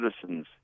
citizens